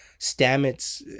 Stamets